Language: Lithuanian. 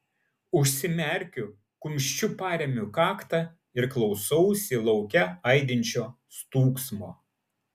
užsimerkiu kumščiu paremiu kaktą ir klausausi lauke aidinčio stūgsmo